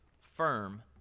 firm